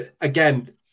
Again